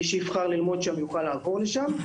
מי שיבחר ללמוד שם יוכל לעבור לשם.